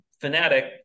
fanatic